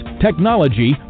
technology